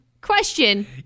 Question